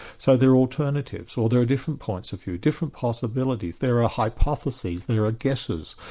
so there are alternatives, or there are different points of view, different possibilities there are hypotheses, there are guesses,